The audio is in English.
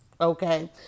Okay